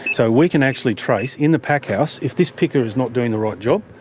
so we can actually trace, in the packhouse, if this picker is not doing the right job,